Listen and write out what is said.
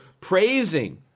praising